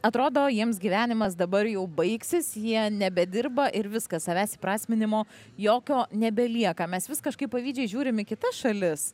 atrodo jiems gyvenimas dabar jau baigsis jie nebedirba ir viskas savęs įprasminimo jokio nebelieka mes vis kažkaip pavydžiai žiūrim į kitas šalis